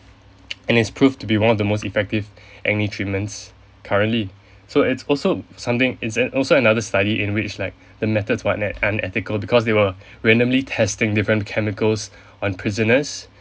and is proved to be one of the most effective acne treatments currently so it's also something it's and also another study in which like the methods where un~ unethical because they were randomly testing different chemicals on prisoners